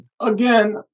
Again